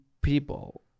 people